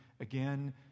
again